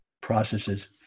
processes